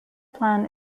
plan